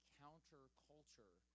counterculture